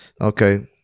Okay